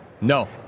No